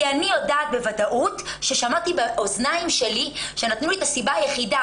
כי אני יודעת בוודאות ששמעתי באוזניים שלי כשנתנו לי את הסיבה היחידה,